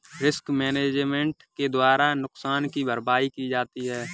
risk management के द्वारा नुकसान की भरपाई की जाती है